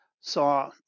saw